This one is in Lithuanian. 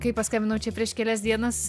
kai paskambinau čia prieš kelias dienas